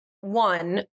one